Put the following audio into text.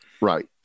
Right